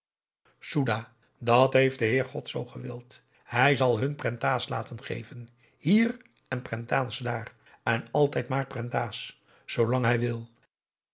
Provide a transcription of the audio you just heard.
soedah dat heeft de heer god zoo gewild hij zal hun prentahs laten geven hier en prentahs daar en altijd maar prentahs zoolang hij wil